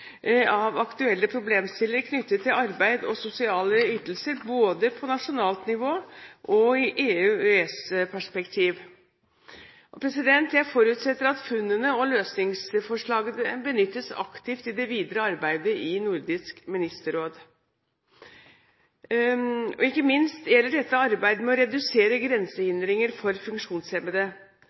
av aktuelle problemstillinger knyttet til arbeid og sosiale ytelser, både på nasjonalt nivå og i EU/EØS-perspektiv. Jeg forutsetter at funnene og løsningsforslagene benyttes aktivt i det videre arbeidet i Nordisk ministerråd. Ikke minst gjelder dette arbeidet med å redusere grensehindringer for funksjonshemmede.